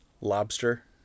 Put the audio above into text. lobster